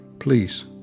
please